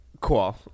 Cool